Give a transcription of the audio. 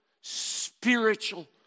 spiritual